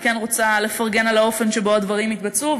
אני כן רוצה לפרגן על האופן שבו הדברים התבצעו,